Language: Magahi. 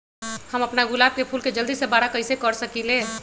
हम अपना गुलाब के फूल के जल्दी से बारा कईसे कर सकिंले?